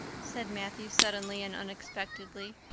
said matthew suddenly and unexpectedly.